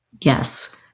Yes